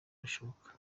bishoboka